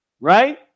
right